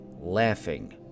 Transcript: laughing